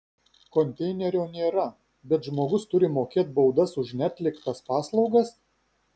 konteinerio nėra bet žmogus turi mokėt baudas už neatliktas paslaugas